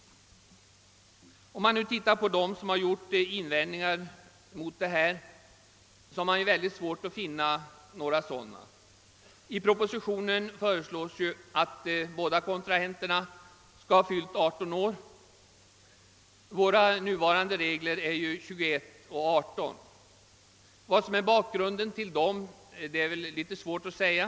Det är svårt att finna några bärande argument mot föreliggande förslag i propositionen, alltså att båda kontrahenterna skall ha fyllt 18 år. De nuvarande reglerna föreskriver som bekant 21 respektive 18 år. Vad som är bakgrunden till gränserna är väl litet svårt att säga.